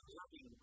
loving